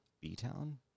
B-Town